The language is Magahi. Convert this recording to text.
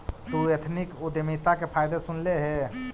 तु एथनिक उद्यमिता के फायदे सुनले हे?